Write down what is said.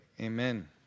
Amen